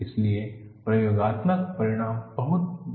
इसलिए प्रयोगात्मक परिणाम बहुत मूल्यवान हैं